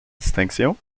distinctions